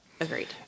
agreed